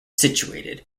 situated